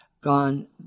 gone